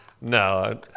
No